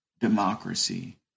democracy